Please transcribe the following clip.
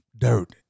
dirt